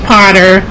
Potter